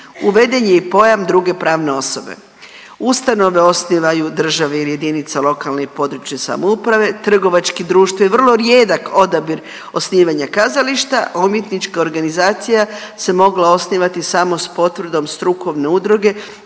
uveden je i pojam druge pravne osobe. Ustanove osnivaju države ili jedinice lokalne i područne samouprave, trgovačko društvo je vrlo rijedak odabir osnivanja kazališta, a umjetnička organizacija se mogla osnivati samo s potvrdom strukovne udruge